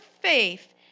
faith